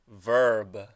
verb